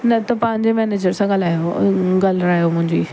न त पंहिंजे मैनेजर सां ॻाल्हायो ॻाल्हारायो मुंहिंजी